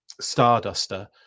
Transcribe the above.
Starduster